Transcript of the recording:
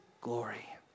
glory